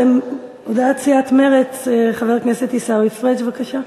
הודעת סיעת מרצ, חבר הכנסת עיסאווי פריג', בבקשה.